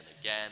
again